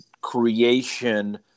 creation